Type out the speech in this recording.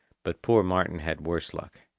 but poor martin had worse luck.